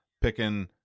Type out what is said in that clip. picking